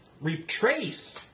retrace